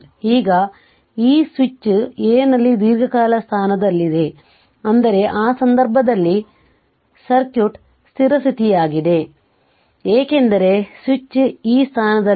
ಈಗ ಈ switch A ನಲ್ಲಿ ದೀರ್ಘಕಾಲ ಸ್ಥಾನದಲ್ಲಿದೆ ಅಂದರೆ ಆ ಸಂದರ್ಭದಲ್ಲಿ ಸರ್ಕ್ಯೂಟ್ ಸ್ಥಿರ ಸ್ಥಿತಿಯಾಗಿದೆ ಏಕೆಂದರೆ ಸ್ವಿಚ್ ಈ ಸ್ಥಾನದಲ್ಲಿತ್ತು